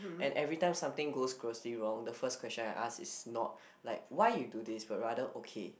and every time something goes grossly wrong the first question I ask is not like why you do this but rather okay